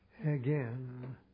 Again